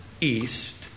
east